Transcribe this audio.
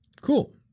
Cool